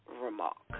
remark